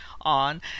on